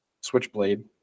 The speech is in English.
switchblade